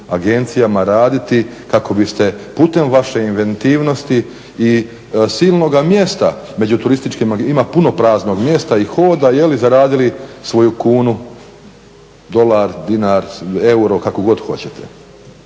agencijama raditi kako biste putem vaše inventivnosti i silnoga mjesta među turističkim, ima puno praznog mjesta i hoda, zaradili svoju kunu, dolar, dinar, euro, kako god hoćete.